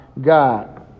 God